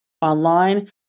online